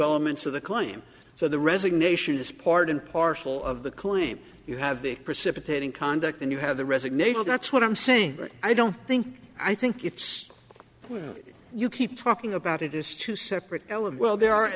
elements of the claim so the resignation is part and parcel of the claim you have the precipitating conduct and you have the resignation that's what i'm saying but i don't think i think it's what you keep talking about it is two separate elem well there are